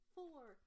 Four